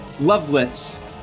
Loveless